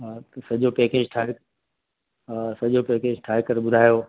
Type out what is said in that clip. हा त सॼो पैकेज ठाहे हा सॼो पैकेज ठाहे करे ॿुधाया थो